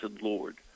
Lord